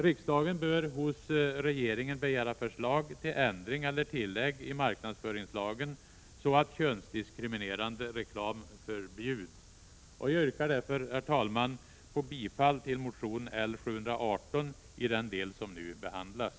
Riksdagen bör hos regeringen begära förslag till ändring eller tillägg i marknadsföringslagen, så att könsdiskriminerande reklam förbjuds. Herr talman! Jag yrkar därför bifall till motion L718 i den del som nu behandlas.